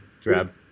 Drab